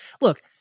Look